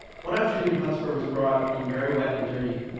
one afternoon hotspur was brought in very wet and dirty.